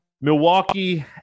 Milwaukee